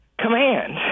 command